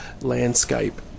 landscape